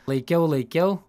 laikiau laikiau